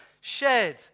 shared